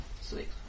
Sweet